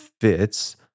fits